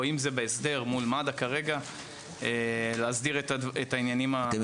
או אם זה בהסדר מול מד"א את העניינים -- אתם